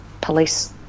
police